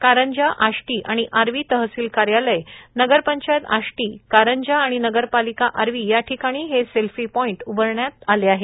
कारंजा आष्टी आणि आर्वी तहसिल कार्यालय नगर पंचायत आष्टी कारंजा आणि नगरपालिका आर्वी या ठिकाणी हे सेल्फी पॉईन्ट उभारण्यात आले आहेत